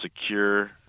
secure